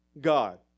God